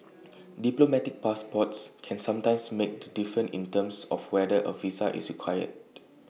diplomatic passports can sometimes make the difference in terms of whether A visa is required